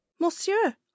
monsieur